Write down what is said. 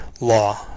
law